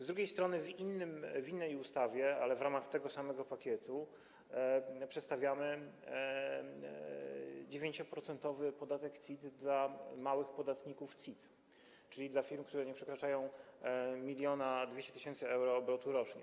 Z drugiej strony w innej ustawie, ale w ramach tego samego pakietu, przedstawiamy 9-procentowy podatek CIT dla małych podatników CIT, czyli dla firm, które nie przekraczają 1200 tys. euro obrotu rocznie.